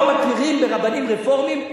לא מכירים ברבנים רפורמים,